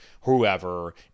whoever